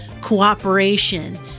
cooperation